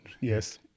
Yes